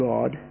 God